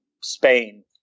Spain